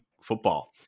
football